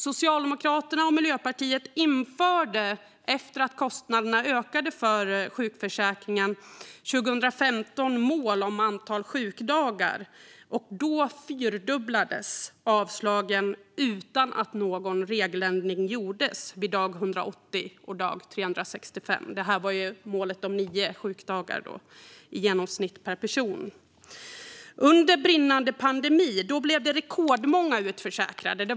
Socialdemokraterna och Miljöpartiet införde efter att kostnaderna för sjukförsäkringen ökat mål om antal sjukdagar. Därefter fyrdubblades avslagen, utan att någon lagändring gjordes, vid dag 180 och dag 365. Målet var då nio sjukdagar per person i genomsnitt. Under brinnande pandemi blev rekordmånga utförsäkrade.